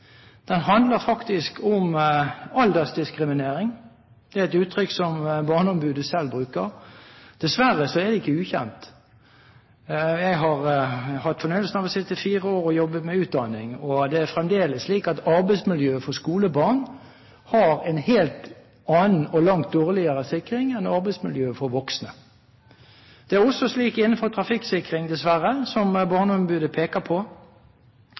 Den handler om aldersdiskriminering – det er et uttrykk som barneombudet selv bruker. Dessverre er det ikke ukjent. Jeg har hatt fornøyelsen av å sitte fire år og jobbe med utdanning, og det er fremdeles slik at arbeidsmiljøet for skolebarn har en helt annen og langt dårligere sikring enn arbeidsmiljøet for voksne. Det er også slik innenfor trafikksikring, dessverre, som barneombudet peker på,